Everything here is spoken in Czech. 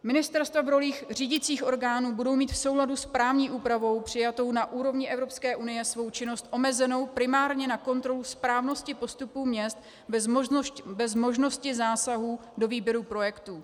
Ministerstva v rolích řídicích orgánů budou mít v souladu s právní úpravou přijatou na úrovni Evropské unie svou činnost omezenou primárně na kontrolu správnosti postupů měst bez možnosti zásahů do výběru projektů.